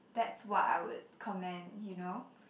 that's what I would comment you know